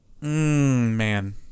man